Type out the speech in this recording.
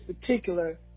particular